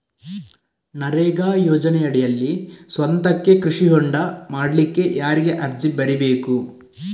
ನರೇಗಾ ಯೋಜನೆಯಡಿಯಲ್ಲಿ ಸ್ವಂತಕ್ಕೆ ಕೃಷಿ ಹೊಂಡ ಮಾಡ್ಲಿಕ್ಕೆ ಯಾರಿಗೆ ಅರ್ಜಿ ಬರಿಬೇಕು?